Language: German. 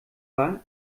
war